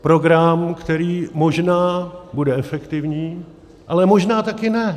Program, který možná bude efektivní, ale možná taky ne.